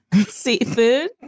seafood